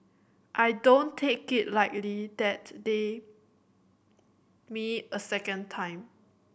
I don't take it lightly that they me a second time